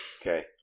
Okay